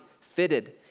fitted